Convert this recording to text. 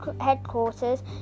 Headquarters